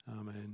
Amen